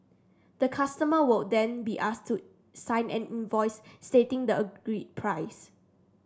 the customer would then be asked to sign an invoice stating the agreed price